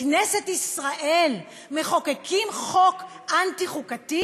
בכנסת ישראל מחוקקים חוק אנטי-חוקתי?